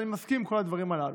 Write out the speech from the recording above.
אני מסכים על כל הדברים הללו.